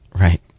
Right